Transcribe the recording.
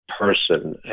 person